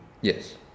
Yes